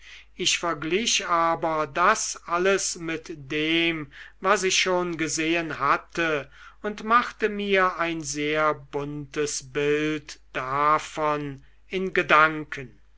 ich verglich aber das alles mit dem was ich schon gesehen hatte und machte mir ein sehr buntes bild davon in gedanken